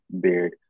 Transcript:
beard